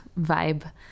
vibe